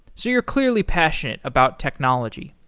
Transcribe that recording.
so you're clearly passionate about technology.